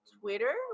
Twitter